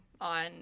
on